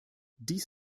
dies